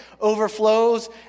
overflows